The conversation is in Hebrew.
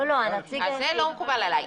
זה לא מקובל עליי.